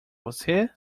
você